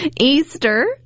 Easter